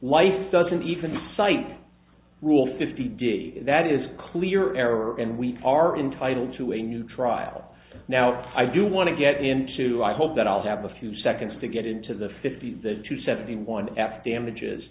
doesn't even cite rule fifty did that is clear error and we are entitled to a new trial now i do want to get into i hope that i'll have a few seconds to get into the fifty's that to seventy one f damages